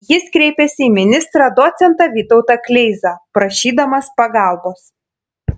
jis kreipėsi į ministrą docentą vytautą kleizą prašydamas pagalbos